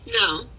No